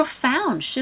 profound